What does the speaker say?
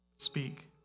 Speak